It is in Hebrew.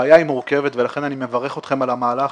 הבעיה היא מורכבת, ולכן אני מברך אתכם על המהלך,